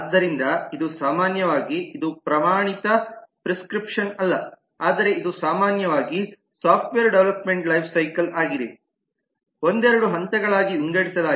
ಆದ್ದರಿಂದ ಇದು ಸಾಮಾನ್ಯವಾಗಿ ಇದು ಪ್ರಮಾಣಿತ ಪ್ರಿಸ್ಕ್ರಿಪ್ಷನ್ ಅಲ್ಲ ಆದರೆ ಇದು ಸಾಮಾನ್ಯವಾಗಿ ಸಾಫ್ಟ್ವೇರ್ ಡೆವಲಪ್ಮೆಂಟ್ ಲೈಫ್ಸೈಕಲ್ ಆಗಿದೆ ಒಂದೆರಡು ಹಂತಗಳಾಗಿ ವಿಂಗಡಿಸಲಾಗಿದೆ